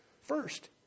first